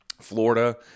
florida